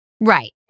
Right